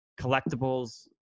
collectibles